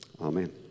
Amen